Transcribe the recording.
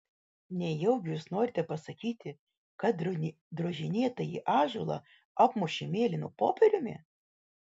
nejaugi jūs norite pasakyti kad drožinėtąjį ąžuolą apmušė mėlynu popieriumi